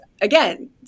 again